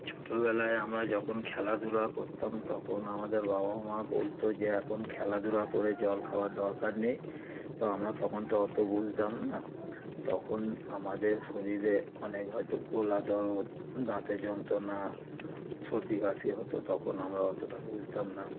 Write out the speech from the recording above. ছোটবেলায় আমরা যখন খেলাধুলা করতাম তখন আমাদের বাবা মা বলত যে এখন খেলাধুলা করে জল খাওয়ার দরকার নেই তো আমরা তখন তো অত বুঝতাম না তখন আমাদের শরীরে অনেক হয়তো গলা ধরো দাঁতে যন্ত্রণা সর্দি কাশি হতো তখন আমরা অতটা বুঝতাম না